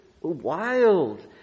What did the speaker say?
Wild